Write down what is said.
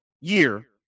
year